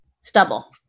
Stubble